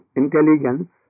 intelligence